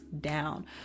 down